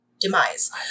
demise